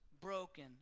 broken